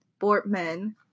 Bortman